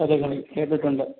കഥകളി കേട്ടിട്ടുണ്ട്